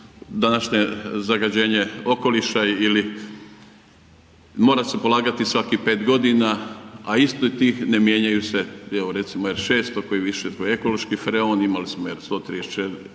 današnje zagađenje okoliša ili mora se polagati svakih pet godina, a isti tih ne mijenjaju se evo recimo R 600 koji više ekološki freon imali smo R 134